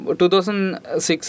2006